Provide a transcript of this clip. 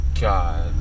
God